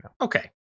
Okay